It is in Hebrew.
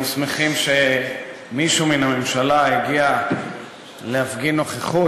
אנחנו שמחים שמישהו מן הממשלה הגיע להפגין נוכחות,